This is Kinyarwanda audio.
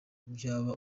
byaba